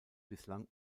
bislang